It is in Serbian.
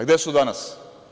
Gde su danas?